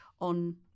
on